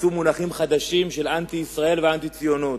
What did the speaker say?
מצאו מונחים חדשים, של אנטי-ישראל ואנטי-ציונות.